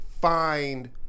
find